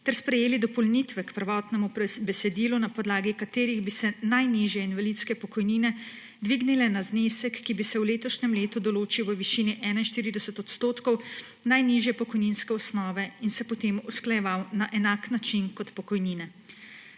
ter sprejeli dopolnitve k prvotnemu besedilu, na podlagi katerih bi se najnižje invalidske pokojnine dvignile na znesek, ki bi se v letošnjem letu določil v višini 41 % najnižje pokojninske osnove in se potem usklajeval na enak način kot pokojnine.